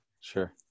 Sure